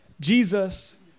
Jesus